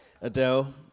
adele